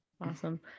Awesome